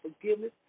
forgiveness